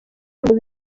ntabwo